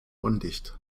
undicht